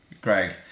Greg